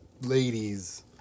ladies